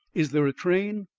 is there a train?